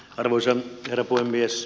arvoisa herra puhemies